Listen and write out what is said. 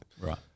Right